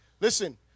listen